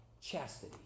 chastity